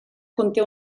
conté